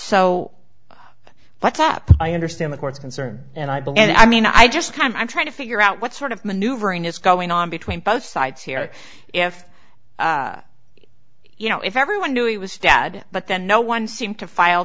so what's up i understand the court's concern and i believe that i mean i just kind of i'm trying to figure out what sort of maneuvering is going on between both sides here if you know if everyone knew it was dad but then no one seemed to file